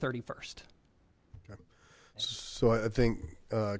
thirty first so i think